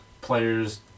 players